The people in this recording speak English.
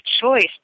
choice